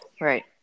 right